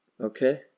Okay